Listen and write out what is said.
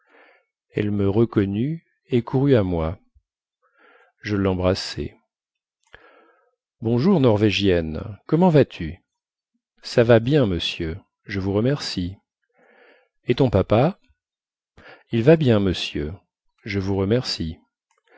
elle me reconnut et courut à moi je lembrassai bonjour norvégienne comment vas-tu ça va bien monsieur je vous remercie et ton papa il va bien monsieur je vous remercie